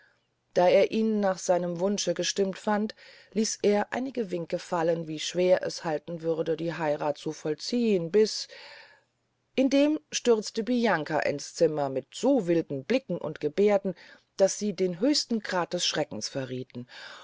da er ihn nach seinem wunsche gestimmt fand ließ er einige winke fallen wie schwer es halten würde die heyrath zu vollziehn bis indem stürzte bianca ins zimmer mit so wilden blicken und gebehrden daß sie den höchsten grad des schreckens verriethen